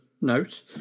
note